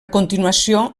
continuació